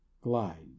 glide